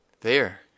There